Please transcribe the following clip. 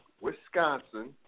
Wisconsin